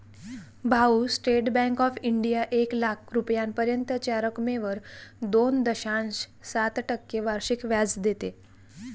भाऊ, State Bank of India एक लाख रुपयांपर्यंतच्या रकमेवर दोन दशांश सात टक्के वार्षिक व्याज देते